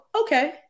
Okay